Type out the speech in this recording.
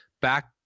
back